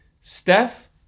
Steph